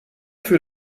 für